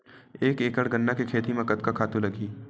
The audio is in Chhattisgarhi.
एक एकड़ गन्ना के खेती म कतका खातु लगही?